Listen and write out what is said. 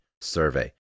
survey